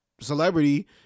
celebrity